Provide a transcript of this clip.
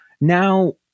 Now